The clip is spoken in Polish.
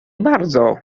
bardzo